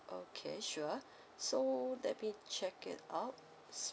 okay sure so let me check it out